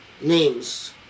names